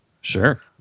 Sure